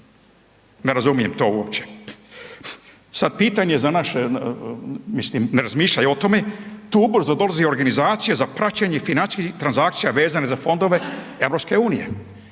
Ne razumijem to uopće. Sad pitanje za naše, mislim ne razmišljaju o tome …/nerazumljivo/… za dolazi organizacije za praćenje financijskih transakcija vezane za fondove EU.